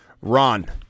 Ron